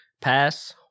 pass